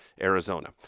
Arizona